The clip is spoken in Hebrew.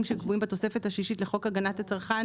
שקבועים בתוספת השישית לחוק הגנת הצרכן,